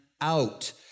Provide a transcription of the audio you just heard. out